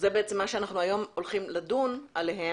ובעצם זה מה שאנחנו היום הולכים לדון בו